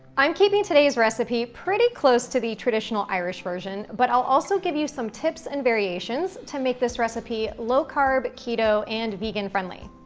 i'm keeping keeping today's recipe pretty close to the traditional irish version but i'll also give you some tips and variations to make this recipe low-carb, keto and vegan-friendly.